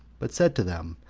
but said to them,